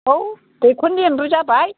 औ दैखरनि एम्बु जाबाय